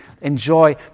enjoy